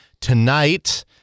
tonight